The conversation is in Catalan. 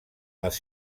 les